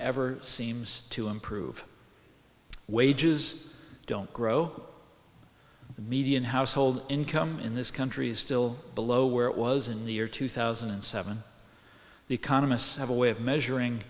ever seems to improve wages don't grow the median household income in this country is still below where it was in the year two thousand and seven the economists have a way of measuring